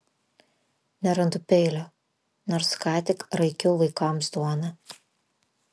nerandu peilio nors ką tik raikiau vaikams duoną